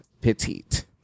petite